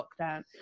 lockdown